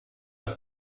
ist